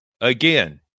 Again